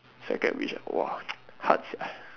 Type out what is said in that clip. second wish ah !wah! hard sia